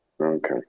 Okay